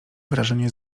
wrażenie